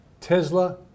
Tesla